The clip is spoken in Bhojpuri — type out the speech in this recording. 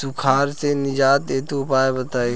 सुखार से निजात हेतु उपाय बताई?